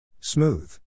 Smooth